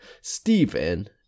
Stephen